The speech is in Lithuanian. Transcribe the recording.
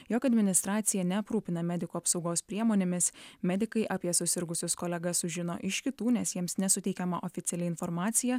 jog administracija neaprūpina medikų apsaugos priemonėmis medikai apie susirgusius kolegas sužino iš kitų nes jiems nesuteikiama oficiali informacija